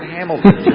Hamilton